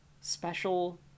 Special